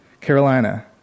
Carolina